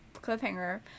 cliffhanger